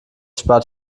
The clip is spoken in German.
spart